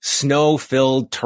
snow-filled